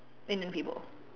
Indian people